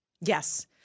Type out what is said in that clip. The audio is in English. Yes